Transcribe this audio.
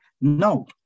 No